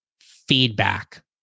feedback